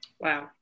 Wow